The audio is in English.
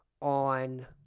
on